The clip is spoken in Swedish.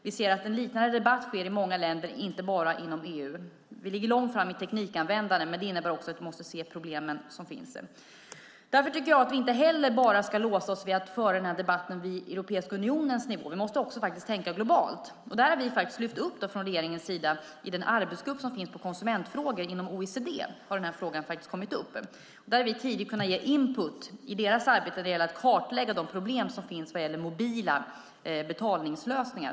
Vi ser liknande debatter i många länder, inte endast inom EU. Vi ligger långt fram i teknikanvändandet, men det innebär att vi även måste se de problem som finns med det. Därför ska vi inte låsa oss vid att föra den här debatten på Europeiska unionens nivå, utan tänka globalt. Från regeringens sida har vi således i den arbetsgrupp som finns för konsumentfrågor inom OECD lyft upp den här frågan. Där har vi tidigt kunnat ge input i deras arbete med att kartlägga de problem som finns beträffande mobila betalningslösningar.